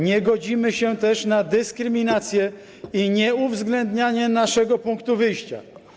Nie godzimy się też na dyskryminację i nieuwzględnianie naszego punktu wyjścia.